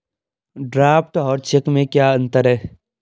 Draft और cheque में क्या अंतर है?